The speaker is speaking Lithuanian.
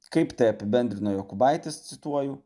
kaip tai apibendrino jokubaitis cituoju